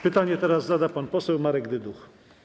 Pytanie teraz zada pan poseł Marek Dyduch.